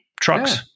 trucks